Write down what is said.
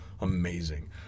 Amazing